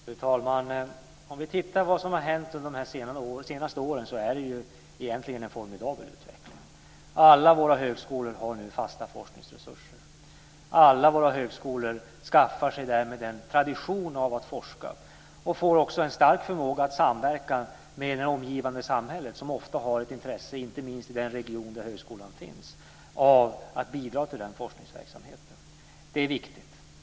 Fru talman! Om man ser på vad som har hänt under de senaste åren, så är det egentligen en formidabel utveckling. Alla högskolor har nu fasta forskningsresurser. Alla våra högskolor skaffar sig därmed en tradition av att forska och får också en stark förmåga att samverka med det omgivande samhället som ofta har ett intresse, inte minst i den region där högskolan finns, av att bidra till forskningsverksamheten. Det är viktigt.